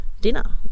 dinner